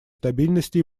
стабильности